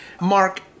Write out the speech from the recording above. mark